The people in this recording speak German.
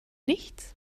nichts